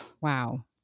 Wow